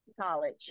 college